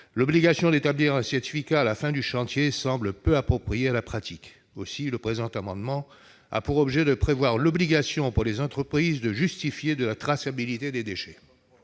l'obligation d'établir un certificat à la fin du chantier semble peu appropriée à la pratique. Le présent amendement a pour objet de prévoir l'obligation pour les entreprises de justifier de la traçabilité des déchets.